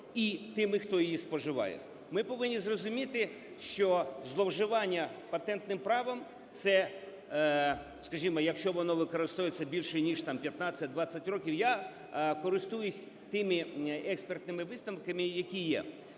і тими, хто її споживає. Ми повинні зрозуміти, що зловживання патентним правом – це, скажімо, якщо воно використовується більше ніж там 15-20 років… Я користуюсь тими експертними висновками, які є.